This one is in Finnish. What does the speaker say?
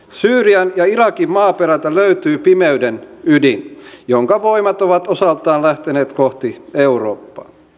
syyrian ja irakin maaperältä löytyy pimeyden ydin jonka voimat ovat osaltaan lähteneet kohti eurooppaa